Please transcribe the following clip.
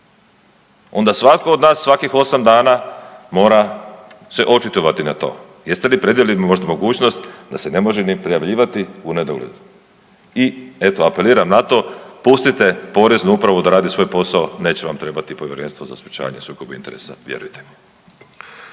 Onda svatko od nas svakih osam dana mora se očitovati na to. Jeste li predvidjeli možda mogućnost da se ne može ni prijavljivati u nedogled i eto apeliram na to pustite Poreznu upravu da radi svoj posao neće vam trebati Povjerenstvo za sprječavanje sukoba interesa vjerujte mi.